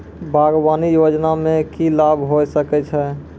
बागवानी योजना मे की लाभ होय सके छै?